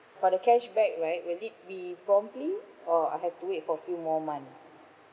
for the cashback right will it be promptly or I have to wait for few more months